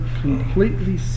completely